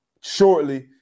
shortly